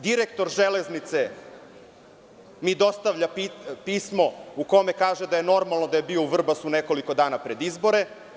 Direktor „Železnice“ mi dostavlja pismo u kome kaže da je normalno da je bio u Vrbasu nekoliko dana pred izbore.